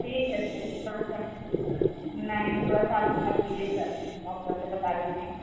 ठीक है सर थोड़ा सा नहीं थोड़ा सा आप समझ लीजिए सर कुछ कम करके बता दीजिए